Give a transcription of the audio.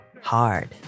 hard